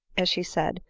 as she said,